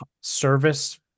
service